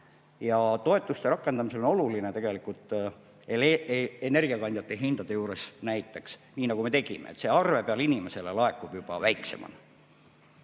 Ja toetuste rakendamisel on oluline energiakandjate hindade juures näiteks see – nii nagu me tegime –, et see arve peal inimesele laekub juba väiksemana.